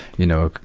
you know,